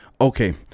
Okay